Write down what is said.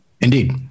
indeed